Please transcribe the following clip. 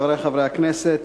חברי חברי הכנסת,